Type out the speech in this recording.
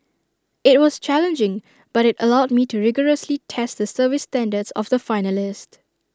IT was challenging but IT allowed me to rigorously test the service standards of the finalist